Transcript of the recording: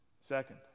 Second